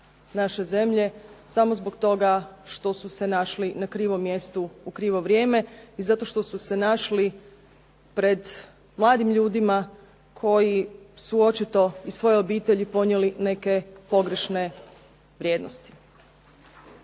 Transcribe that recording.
naše zemlje samo zbog toga što su se našli na krivom mjestu u krivo vrijeme i zato što su se našli pred mladim ljudima koji su očito iz svoje obitelji ponijeli neke pogrešne vrijednosti.